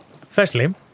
Firstly